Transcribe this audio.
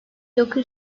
dokuz